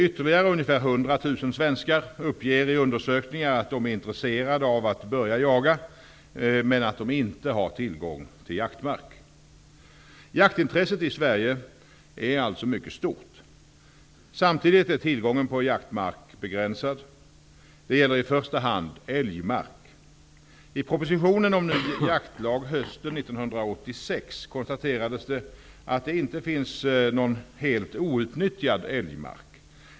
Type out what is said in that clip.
Ytterligare ungefär 100 000 svenskar uppger i undersökningar att de är intresserade av att börja jaga men inte har tillgång till jaktmark. Jaktintresset i Sverige är således mycket stort. Samtidigt är tillgången på jaktmark begränsad. Det gäller i första hand älgmark. I propositionen om ny jaktlag hösten 1986 konstaterades det att det inte finns någon helt outnyttjad älgmark.